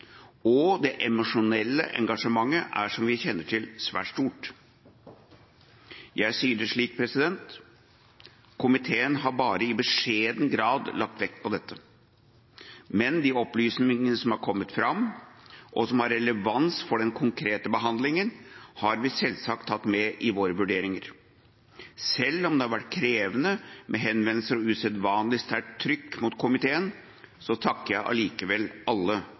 og det emosjonelle engasjementet er, som vi kjenner til, svært stort. Jeg sier det slik: Komiteen har bare i beskjeden grad lagt vekt på dette. Men de opplysningene som har kommet fram, og som har relevans for den konkrete behandlingen, har vi selvsagt tatt med i våre vurderinger. Selv om det har vært krevende, med henvendelser og usedvanlig sterkt trykk mot komiteen, takker jeg allikevel alle